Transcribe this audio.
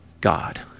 God